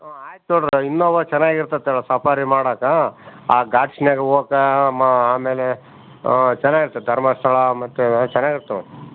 ಹ್ಞೂ ಆಯ್ತು ತಗೊಳ್ಳಿರಿ ಇನ್ನೋವ ಚೆನ್ನಾಗಿರ್ತತ್ ಹೇಳ ಸಫಾರಿ ಮಾಡಕ್ಕೆ ಆ ಗಾಟ್ಸ್ನಾಗೆ ಹೋಗಕ ಆಮೇಲೆ ಚೆನ್ನಾಗಿರ್ತತ ಧರ್ಮಸ್ಥಳ ಮತ್ತು ಚೆನ್ನಾಗಿರ್ತವ